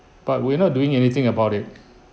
but we're not doing anything about it